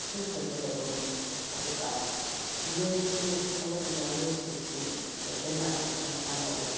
ꯂꯧꯈꯠꯀꯗꯕꯅꯤ ꯑꯗꯨꯒ ꯌꯦꯟꯁꯤꯡ ꯑꯃꯗꯤ ꯉꯥꯅꯨꯁꯤꯡꯁꯤ ꯐꯖꯅ ꯃꯁꯥ ꯃꯎ